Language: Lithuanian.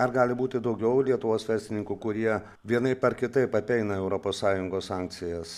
ar gali būti daugiau lietuvos verslininkų kurie vienaip ar kitaip apeina europos sąjungos sankcijas